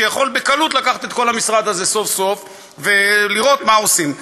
שיכול בקלות לקחת את כל המשרד הזה סוף-סוף ולראות מה עושים.